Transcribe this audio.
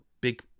big